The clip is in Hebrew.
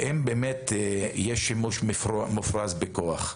ואם באמת יש שימוש מופרז בכוח,